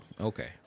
Okay